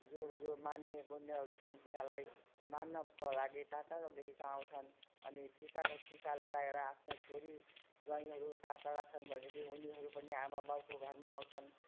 जो जो मान्ने गुन्नेहरू छन् तिनीहरूलाई मान्नको लागि टाढा टाढोदेखिको आउँछन् अनि टिकाको टिका लगाएर आफ्नो छोरी ज्वाइँहरू टाढा टाढा छन् भनेदेखि उनीहरू पनि आमा बाउको घरमा आउँछन्